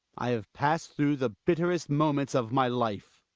i have passed through the bitterest momenta of my life.